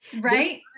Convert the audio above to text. right